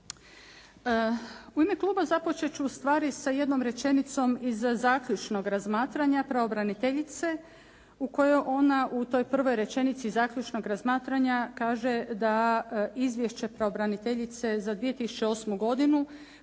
U ime kluba započeti ću ustvari sa jednom rečenicom iz zaključnog razmatranja pravobraniteljice u kojoj ona u toj prvoj rečenici zaključnog razmatranja kaže da izvješće pravobraniteljice za 2008. godinu